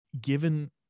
given